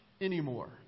Anymore